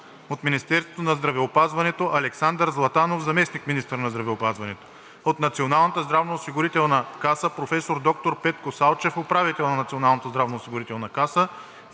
на Министерството на здравеопазването: Александър Златанов – заместник-министър на здравеопазването; на Националната здравноосигурителна каса: професор доктор Петко Салчев – управител на Националната здравноосигурителна каса;